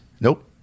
Nope